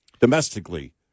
domestically